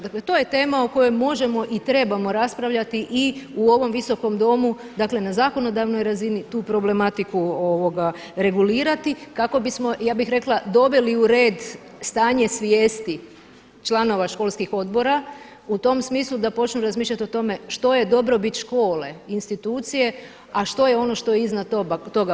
Dakle, to je tema o kojoj možemo i trebamo raspravljati i u ovom Visokom domu, dakle na zakonodavnoj razini tu problematiku regulirati kako bismo ja bih rekla doveli u red stanje svijesti članova školskih odbora u tom smislu da počnu razmišljat o tome što je dobrobit škole, institucije, a što je ono što je iznad toga.